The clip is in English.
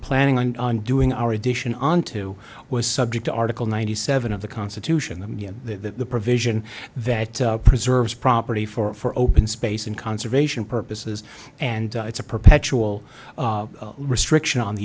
planning on doing our addition on to was subject to article ninety seven of the constitution the the provision that preserves property for open space and conservation purposes and it's a perpetual restriction on the